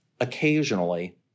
occasionally